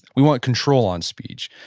we want control on speech.